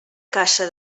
caça